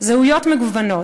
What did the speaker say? זהויות מגוונות.